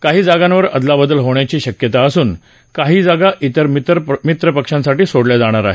काही जागांवर अदलाबदल होण्याची शक्यता असून काही जागा विर मित्रपक्षांसाठी सोडल्या जाणार आहेत